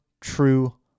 true